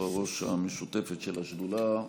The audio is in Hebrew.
היושבת-ראש השותפה של השדולה,